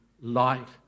light